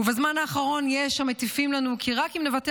--- בזמן האחרון יש המטיפים לנו כי רק אם נוותר